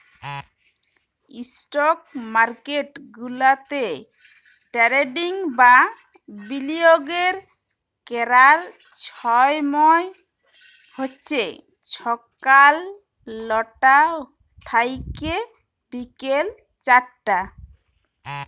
stock market গুলাতে trading বা বিলিয়গের ক্যরার ছময় হছে ছকাল লটা থ্যাইকে বিকাল চারটা